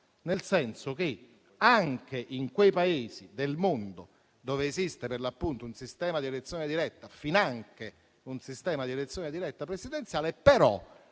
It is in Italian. vuol dire che anche in quei Paesi del mondo dove esiste un sistema di elezione diretta, finanche un sistema di elezione diretta presidenziale, questo